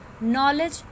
Knowledge